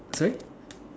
sorry